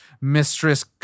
mistress